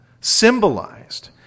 symbolized